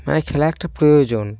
মানে খেলা একটা প্রয়োজন